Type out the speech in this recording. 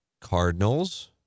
cardinals